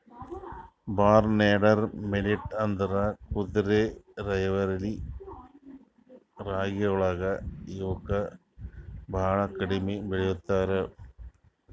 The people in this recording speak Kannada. ಬಾರ್ನ್ಯಾರ್ಡ್ ಮಿಲ್ಲೇಟ್ ಅಂದುರ್ ಕುದುರೆರೈವಲಿ ರಾಗಿಗೊಳ್ ಇವುಕ್ ಭಾಳ ಕಡಿಮಿ ಬೆಳುಸ್ತಾರ್